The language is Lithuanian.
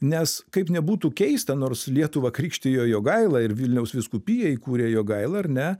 nes kaip nebūtų keista nors lietuvą krikštijo jogaila ir vilniaus vyskupiją įkūrė jogaila ar ne